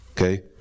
Okay